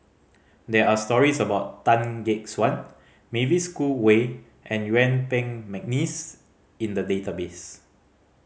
there are stories about Tan Gek Suan Mavis Khoo Oei and Yuen Peng McNeice in the database